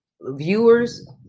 viewers